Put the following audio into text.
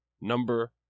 number